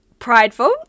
prideful